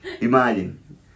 Imagine